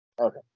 Okay